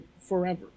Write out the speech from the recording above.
Forever